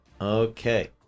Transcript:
Okay